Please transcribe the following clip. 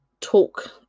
talk